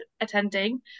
attending